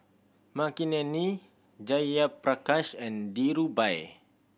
Makineni Jayaprakash and Dhirubhai